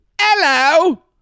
hello